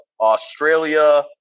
Australia